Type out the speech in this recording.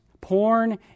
Porn